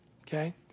Okay